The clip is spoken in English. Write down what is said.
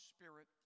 Spirit